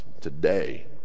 today